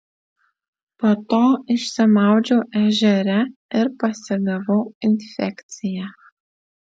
po to išsimaudžiau ežere ir pasigavau infekciją